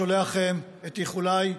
שולח את איחוליי להחלמה,